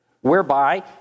whereby